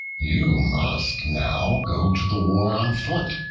you must now go to the war on foot,